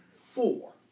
four